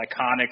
iconic